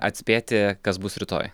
atspėti kas bus rytoj